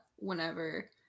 Whenever